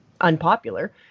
unpopular